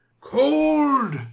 Cold